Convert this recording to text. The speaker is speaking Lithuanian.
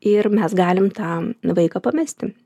ir mes galim tą vaiką pamesti